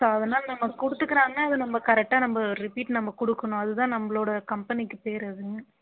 so அதனால் நம்ம கொடுத்துக்குறாங்க அது நம்ம கரெக்டாக நம்ம ரிப்பீட் நம்ம கொடுக்கணும் அது தான் நம்மளோட கம்பெனிக்கு பெயர் அது